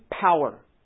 power